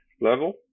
level